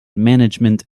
management